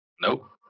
Nope